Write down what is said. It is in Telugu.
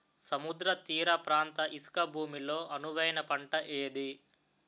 సముద్ర తీర ప్రాంత ఇసుక భూమి లో అనువైన పంట ఏది?